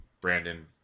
Brandon